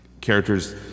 characters